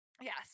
Yes